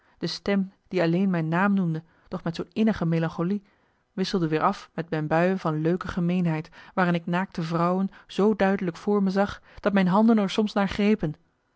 de stem die alleen mijn naam noemde doch met zoo'n innige melancholie wisselden weer af met mijn buien van leuke gemeenheid waarin ik naakte vrouwen zoo duidelijk voor me zag dat mijn handen er soms naar grepen